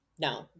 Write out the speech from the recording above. no